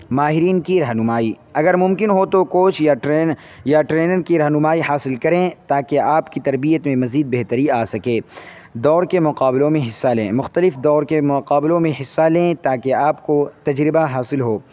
ماہرین کی رہنمائی اگر ممکن ہو تو کوچ یا ٹرین یا ٹرینر کی رہنمائی حاصل کریں تاکہ آپ کی تربیت میں مزید بہتری آ سکے دور کے مقابلوں میں حصہ لیں مختلف دور کے مقابلوں میں حصہ لیں تاکہ آپ کو تجربہ حاصل ہو